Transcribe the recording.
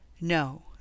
No